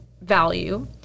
value